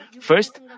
First